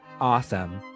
awesome